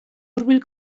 hurbil